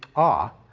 ah.